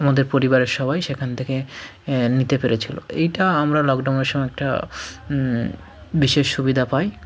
আমাদের পরিবারের সবাই সেখান থেকে নিতে পেরেছিলো এইটা আমরা লকডাউনের সময় একটা বিশেষ সুবিধা পাই